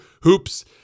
hoops